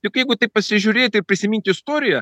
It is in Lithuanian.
juk jeigu taip pasižiūrėti ir prisiminti istoriją